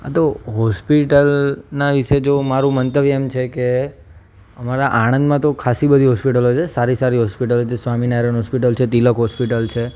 હા તો હૉસ્પિટલનાં વિષે જો મારૂં મંતવ્ય એમ છે કે અમારાં આણંદમાં તો ખાસી બધી હૉસ્પિટલો છે સારી સારી હોસ્પિટલો જે સ્વામિનારાયણ હોસ્પિટલ છે તિલક હોસ્પિટલ છે